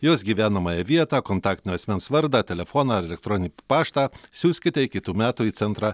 jos gyvenamąją vietą kontaktinio asmens vardą telefoną ar elektroninį paštą siųskite iki tų metų į centrą